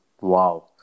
Wow